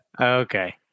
Okay